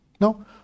No